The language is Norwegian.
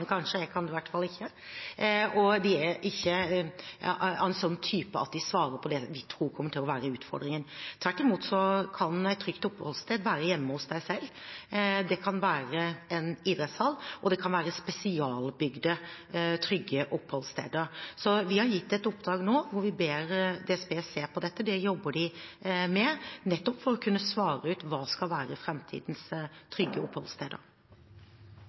kanskje, jeg kan det i hvert fall ikke. De er heller ikke av en sånn type at de svarer på det vi tror kommer til å være utfordringen. Tvert imot kan et trygt oppholdssted være hjemme hos deg selv, det kan være en idrettshall, eller det kan være spesialbygde, trygge oppholdssteder. Vi har nå gitt DSB et oppdrag hvor vi ber dem se på dette. Det jobber de med, nettopp for å kunne svare ut hva som skal være framtidens trygge oppholdssteder.